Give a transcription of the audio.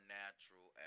natural